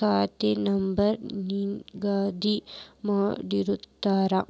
ಖಾತೆ ನಂಬರ್ ನಿಗದಿ ಮಾಡಿರ್ತಾರ